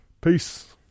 Peace